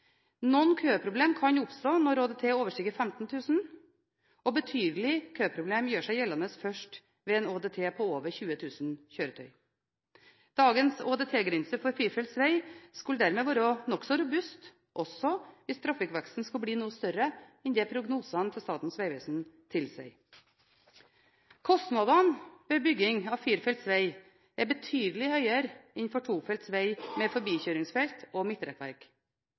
Noen køproblemer kan oppstå når ÅDT overstiger 15 000 kjøretøy. Betydelige køproblemer gjør seg gjeldende først ved en ÅDT på over 20 000 kjøretøy. Dagens ÅDT-grense for firefelts veg skulle dermed være nokså robust også hvis trafikkveksten skulle bli noe større enn det prognosene fra Statens vegvesen tilsier. Kostnadene ved bygging av firefelts veg er betydelig høyere enn for tofelts veg med forbikjøringsfelt og midtrekkverk.